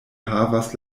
havas